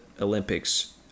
Olympics